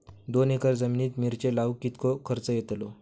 दोन एकर जमिनीत मिरचे लाऊक कितको खर्च यातलो?